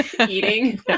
eating